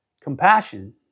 compassion